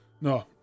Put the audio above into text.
no